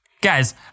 Guys